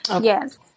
Yes